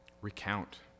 Recount